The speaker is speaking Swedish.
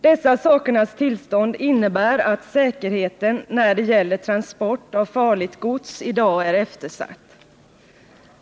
Dessa sakernas tillstånd innebär att säkerheten när det gäller transport av farligt gods i dag är eftersatt.